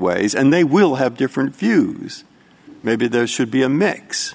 ways and they will have different views maybe there should be a mix